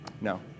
No